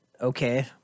Okay